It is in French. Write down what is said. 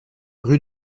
rue